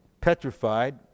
petrified